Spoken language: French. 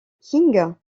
king